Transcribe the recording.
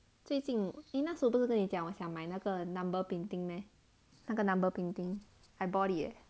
最近 eh 那时我不跟你讲我想买那个 number painting meh 那个 number painting I bought it leh